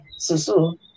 Susu